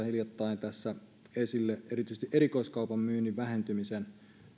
hiljattain tässä esille erityisesti erikoiskaupan myynnin vähentymisen